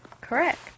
correct